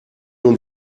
und